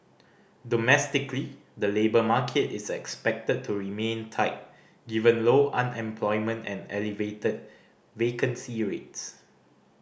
domestically the labour market is expected to remain tight given low unemployment and elevated vacancy rates